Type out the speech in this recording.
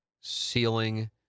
ceiling